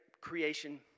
creation